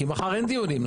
כי מחר אין דיונים.